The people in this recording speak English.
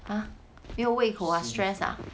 ha 没有胃口 ah stress ah